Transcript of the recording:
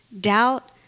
doubt